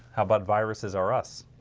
how about viruses are us?